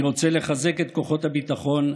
אני רוצה לחזק את כוחות הביטחון,